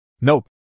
Nope